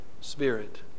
spirit